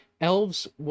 elves